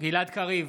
גלעד קריב,